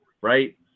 right